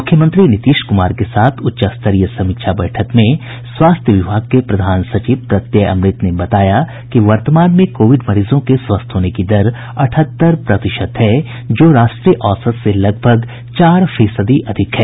मुख्यमंत्री नीतीश कुमार के साथ उच्च स्तरीय समीक्षा बैठक में स्वास्थ्य विभाग के प्रधान सचिव प्रत्यय अमृत ने बताया कि वर्तमान में कोविड मरीजों के स्वस्थ होने की दर अठहत्तर प्रतिशत है जो राष्ट्रीय औसत से लगभग चार फीसदी अधिक है